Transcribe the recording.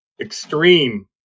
extreme